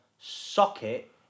socket